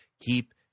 Keep